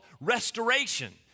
Restoration